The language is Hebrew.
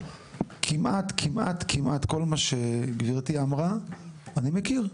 כמעט כמעט כל מה שגברתי אמרה אני מכיר,